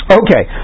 okay